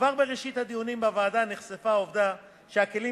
כבר בראשית הדיונים בוועדה נחשפה העובדה שהכלים